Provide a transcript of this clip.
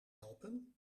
helpen